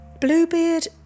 Bluebeard